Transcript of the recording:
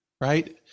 right